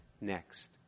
next